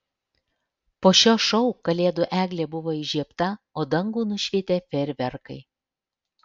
po šio šou kalėdų eglė buvo įžiebta o dangų nušvietė fejerverkai